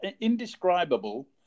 indescribable